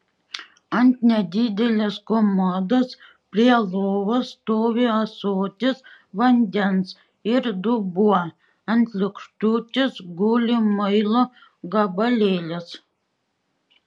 ant nedidelės komodos prie lovos stovi ąsotis vandens ir dubuo ant lėkštutės guli muilo gabalėlis